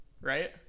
right